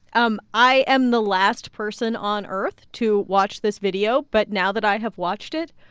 um i am the last person on earth to watch this video, but now that i have watched it,